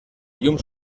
llum